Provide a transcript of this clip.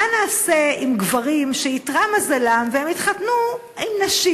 מה נעשה עם גברים שאיתרע מזלם והם התחתנו עם נשים,